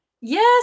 Yes